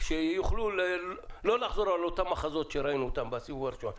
כדי שיוכלו לא לחזור על אותם מחזות שראינו בגל הראשון.